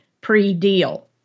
pre-deal